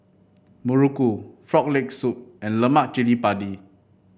muruku Frog Leg Soup and Lemak Cili Padi